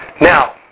Now